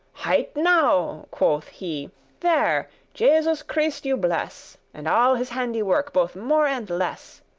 heit now, quoth he there, jesus christ you bless, and all his handiwork, both more and less!